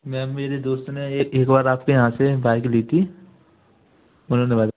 ma'am मेरे दोस्त ने एक एक बार आप के यहाँ से बाईक ली थी उन्होंने